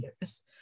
years